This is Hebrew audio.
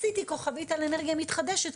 עשיתי כוכבית על אנרגיה מתחדשת,